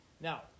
Now